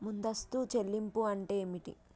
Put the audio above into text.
ముందస్తు చెల్లింపులు అంటే ఏమిటి?